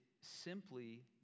simply